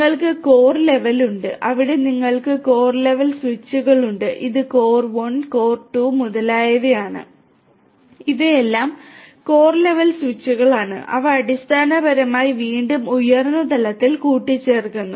നിങ്ങൾക്ക് core level ഉണ്ട് അവിടെ നിങ്ങൾക്ക് കോർ ലെവൽ സ്വിച്ചുകൾ ഉണ്ട് ഇത് കോർ 1 കോർ 2 മുതലായവയാണ് ഇവയെല്ലാം കോർ ലെവൽ സ്വിച്ചുകളാണ് അവ അടിസ്ഥാനപരമായി വീണ്ടും ഉയർന്ന തലത്തിൽ കൂട്ടിച്ചേർക്കുന്നു